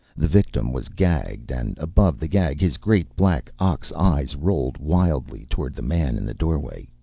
the victim was gagged, and above the gag his great black ox-eyes rolled wildly toward the man in the doorway,